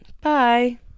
Bye